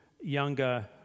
younger